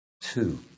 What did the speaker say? two